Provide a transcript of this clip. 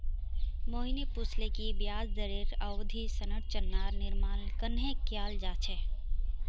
मोहिनी पूछले कि ब्याज दरेर अवधि संरचनार निर्माण कँहे कियाल जा छे